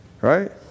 right